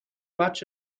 much